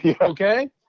okay